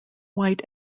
white